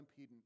impedance